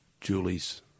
Julie's